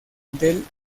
del